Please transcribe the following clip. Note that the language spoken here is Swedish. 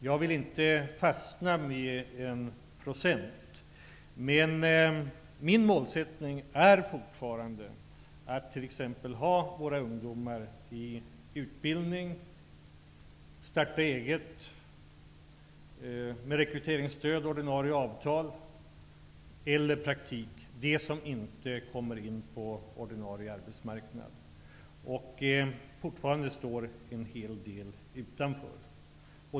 Jag vill inte fastna vid en viss procentsats, men min målsättning är fortfarande att de av våra ungdomar som inte kommer in på den ordinarie arbetsmarknaden skall gå i utbildning, kunna starta eget med rekryteringsstöd och ordinarie avtal eller göra praktik. Fortfarande är det en hel del ungdomar som står utanför ordinarie arbetsmarknad.